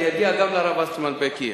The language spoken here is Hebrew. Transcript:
אני אגיע גם לרב אסטמן בקייב.